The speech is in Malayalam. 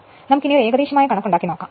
നമുക്ക് ഇനിയൊരു ഏകദേശമായ കണക്കുണ്ടാക്കാം